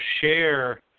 share